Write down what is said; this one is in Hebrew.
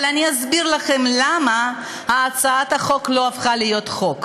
אבל אני אסביר לכם למה הצעת החוק לא הפכה להיות חוק,